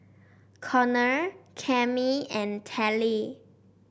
Connor Cammie and Telly